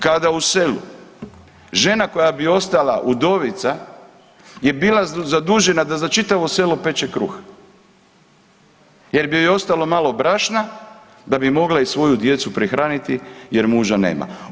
Kada u selu žena koja bi ostala udovica je bila zadužena da za čitavo selo peče kruh jer bi joj ostalo malo brašna da bi mogla i svoju djecu prehraniti jer muža nema.